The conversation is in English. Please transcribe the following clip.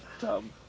dumb